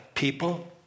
People